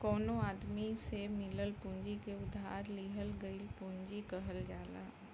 कवनो आदमी से मिलल पूंजी के उधार लिहल गईल पूंजी कहल जाला